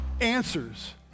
Answers